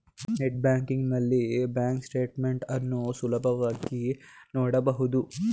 net banking ನಲ್ಲಿ bank statement ಅನ್ನು ಸುಲಭವಾಗಿ ನೋಡಬಹುದು